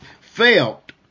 felt